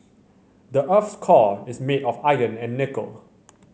the earth's core is made of iron and nickel